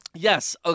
Yes